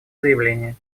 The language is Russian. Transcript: заявление